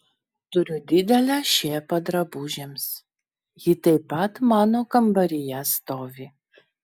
turiu didelę šėpą drabužiams ji taip pat mano kambaryje stovi